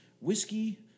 whiskey